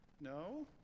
no